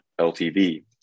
LTV